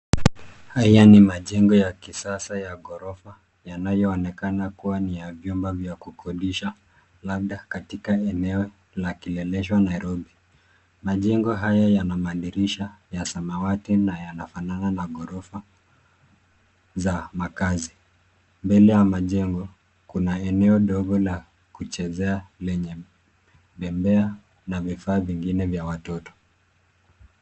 Haya ni majengo ya kisasa ya ghorofa yanayoonekana kuwa ni ya vyumba vya kukodisha labda katika eneo la Kileleshwa Nairobi. Majengo haya yana madirisha ya samawati na yanafanana na ghorofa za makazi. Mbele ya majengo kuna eneo dogo la kuchezea lenye bembea na vifaa vingine vya watoto.